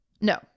No